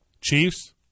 Chiefs